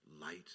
light